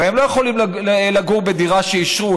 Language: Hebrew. הרי הם לא יכולים לגור בדירה שאישרו,